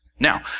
Now